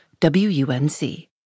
WUNC